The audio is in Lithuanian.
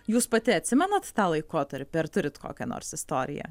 jūs pati atsimenat tą laikotarpį ar turit kokią nors istoriją